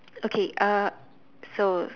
okay uh so